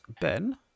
Ben